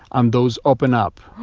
and those open up